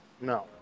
no